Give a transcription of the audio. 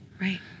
Right